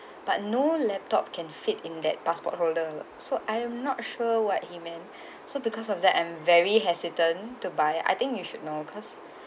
but no laptop can fit in that passport holder so I am not sure what he meant so because of that I'm very hesitant to buy I think you should know cause